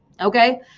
okay